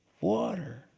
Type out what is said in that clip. water